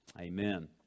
amen